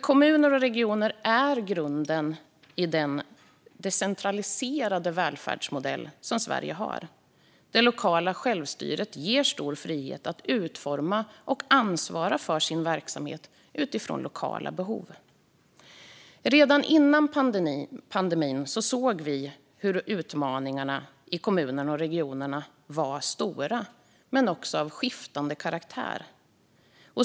Kommuner och regioner är ju grunden för den decentraliserade välfärdsmodell som Sverige har. Det lokala självstyret ger dem stor frihet att utforma och ansvara för sin verksamhet utifrån lokala behov. Redan före pandemin såg vi att utmaningarna i kommunerna och regionerna var stora och av skiftande karaktär.